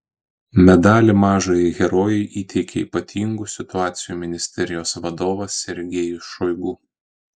medalį mažajai herojei įteikė ypatingų situacijų ministerijos vadovas sergejus šoigu